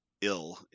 ill